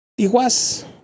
Tijuas